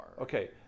Okay